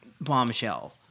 Bombshell